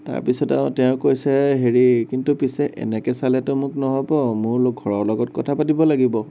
তাৰপিছত আও তেওঁ কৈছে হেৰি কিন্তু পিছে এনেকে চালেতো মোক নহ'ব মোৰ ঘৰৰ লগত কথা পাতিব লাগিব